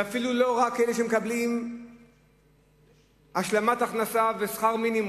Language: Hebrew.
ואפילו לא רק אלה שמקבלים השלמת הכנסה לשכר מינימום.